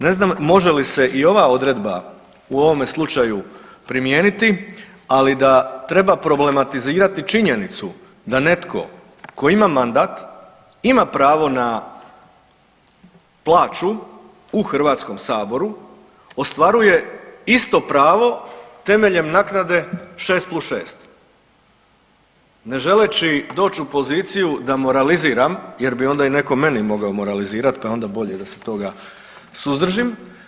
Ne znam može li se i ova odredba u ovome slučaju primijeniti, ali da treba problematizirati činjenicu da netko tko ima mandat ima pravo na plaću u Hrvatskom saboru, ostvaruje isto pravo temeljem naknade 6 + 6. Ne želeći doći u poziciju da moraliziram jer bi onda i netko meni mogao moralizirati pa je onda bolje da se toga suzdržim.